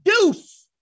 deuce